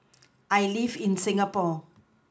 I live in Singapore